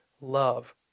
love